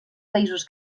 països